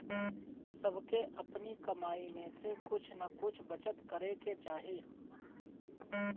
सबके अपनी कमाई में से कुछ नअ कुछ बचत करे के चाही